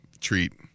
treat